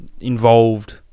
involved